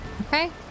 Okay